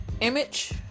image